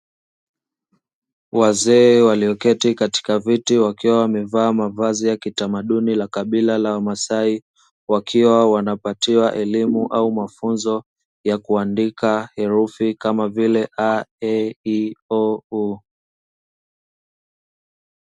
Wazee walioketi katika viti, wakiwa wamevaa mavazi ya kitamaduni la kabila la wamasai. Wakiwa wanapatiwa elimu au mafunzo ya kuandika herufi kama vile: a, e, i, o, u.